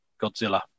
godzilla